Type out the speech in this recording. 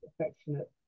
affectionate